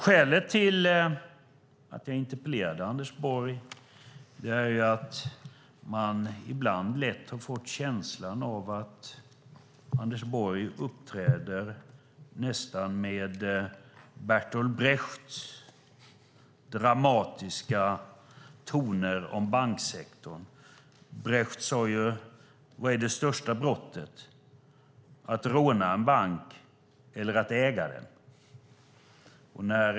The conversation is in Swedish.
Skälet till att jag interpellerade Anders Borg är att man ibland får känslan av att Anders Borg uppträder med Bertolt Brechts dramatiska toner om banksektorn. Brecht sade: Vad är det största brottet - att råna en bank eller att äga den?